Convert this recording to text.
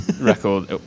record